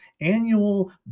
annual